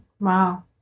Wow